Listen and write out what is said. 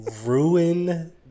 ruin